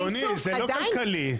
אדוני, זה לא כלכלי.